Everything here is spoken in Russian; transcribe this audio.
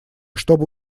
чтобы